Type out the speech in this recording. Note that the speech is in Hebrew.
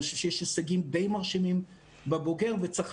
אני חושב שיש השיגים די מרשימים בבוגר וצריך